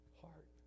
Heart